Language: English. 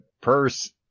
purse